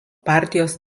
partijos